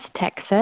Texas